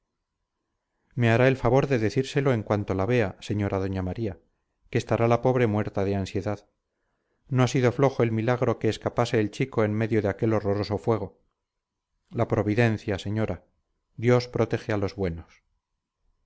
hará el favor de decírselo en cuanto la vea señora doña maría que estará la pobre muerta de ansiedad no ha sido flojo milagro que escapase el chico en medio de aquel horroroso fuego la providencia señora dios protege a los buenos